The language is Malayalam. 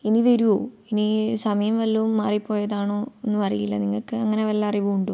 ഇനി വരുമോ ഇനി സമയം വല്ലതും മാറിപ്പോയതാണോ ഒന്നുമറിയില്ല നിങ്ങൾക്ക് അങ്ങനെ വല്ല അറിവുമുണ്ടോ